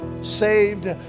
saved